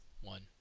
one